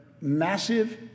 massive